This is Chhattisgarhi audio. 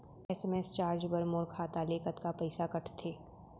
एस.एम.एस चार्ज बर मोर खाता ले कतका पइसा कटथे?